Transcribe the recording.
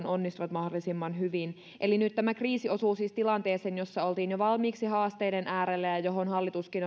onnistuvat mahdollisimman hyvin eli nyt tämä kriisi osuu siis tilanteeseen jossa oltiin jo valmiiksi haasteiden äärellä ja johon hallituskin